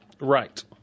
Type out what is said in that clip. Right